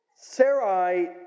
Sarai